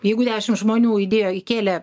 jeigu dešim žmonių įdėjo įkėlė